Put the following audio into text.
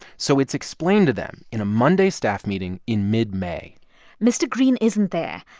so it's explained to them in a monday staff meeting in mid-may mr. greene isn't there,